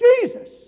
Jesus